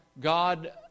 God